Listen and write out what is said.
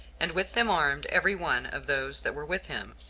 and with them armed every one of those that were with him,